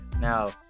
Now